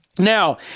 Now